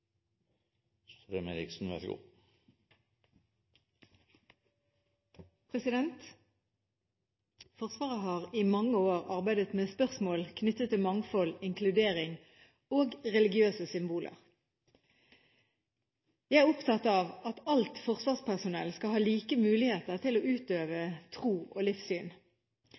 Forsvaret har i mange år arbeidet med spørsmål knyttet til mangfold, inkludering og religiøse symboler. Jeg er opptatt av at alt forsvarspersonell skal ha like muligheter til å utøve tro og livssyn.